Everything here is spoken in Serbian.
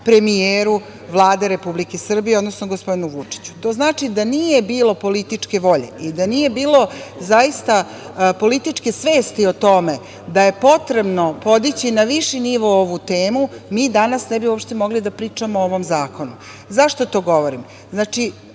premijeru Vlade Republike Srbije, odnosno gospodinu Vučiću. To znači, da nije bilo političke volje i da nije bilo zaista političke svesti o tome da je potrebno podići na viši nivo ovu temu, mi danas ne bismo uopšte mogli da pričamo o ovom zakonu. Zašto to govorim? Znači,